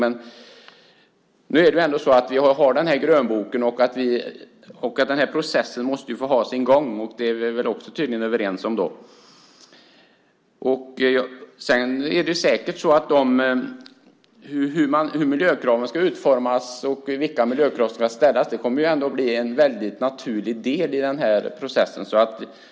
Men vi har ändå denna grönbok, och denna process måste få ha sin gång. Det är vi tydligen också överens om. Vilka miljökrav som ska ställas och hur de ska utformas kommer att bli en väldigt naturlig del i denna process.